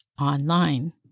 online